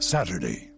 Saturday